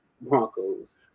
Broncos